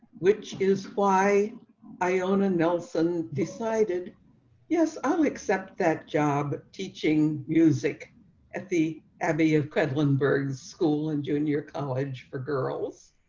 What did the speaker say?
which is why i own a nelson decided yes i'll accept that job teaching music at the abbey of credit lindbergh's school and junior college for girls.